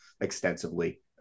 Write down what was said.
extensively